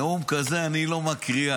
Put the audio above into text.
נאום כזה אני לא מקריאה.